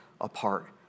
apart